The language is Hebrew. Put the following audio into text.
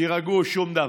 תירגעו, שום דבר.